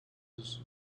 that